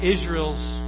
Israel's